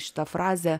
šitą frazę